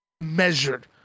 measured